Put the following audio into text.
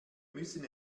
müssen